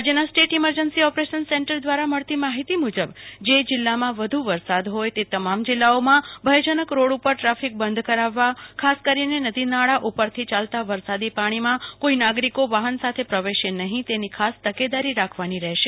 રાજ્યના state emergency operation centre દ્વારા મળતી માહિતી મુજબ જે જિલ્લામાં વધુ વરસાદ હોય તે તમામ જિલ્લાઓમાં ભયજનક રોડ ઉપર ટ્રાફિક બંધ કરાવવા અને ખાસ કરીને નદીનાળા ઉપરથી ચાલતા વરસાદી પાણીમાં કોઈ નાગરિકો વાહન સાથે પ્રવેશે નહી તેની ખાસ તકેદારી રાખવાની રહેશે